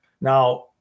now